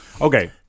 okay